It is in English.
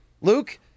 Luke